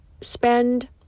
spend